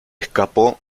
escapó